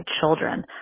children